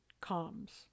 comes